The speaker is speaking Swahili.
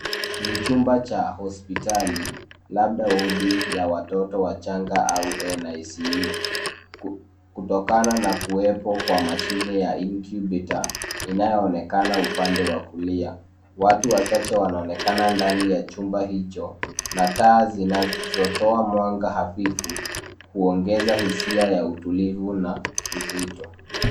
Ni chumba cha hospitali, labda wodi ya watoto wachanga au NICU, kutokana na kuwepo kwa mashine ya incubator , inayoonekana upande wa kulia. Watu wachache wanaonekana ndani ya chumba hicho, na taa zinazotoa mwanga hafifu, huongeza hisia ya utulivu na uzito.